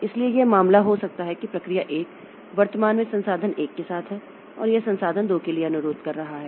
इसलिए यह मामला हो सकता है कि प्रक्रिया 1 वर्तमान में संसाधन 1 के साथ है और यह संसाधन 2 के लिए अनुरोध कर रहा है